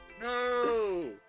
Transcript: No